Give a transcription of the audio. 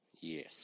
Yes